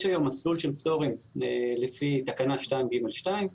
יש היום מסלול של פטורים לפי תקנה 2ג2,